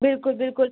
بلکل بلکل